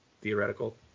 theoretical